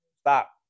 stop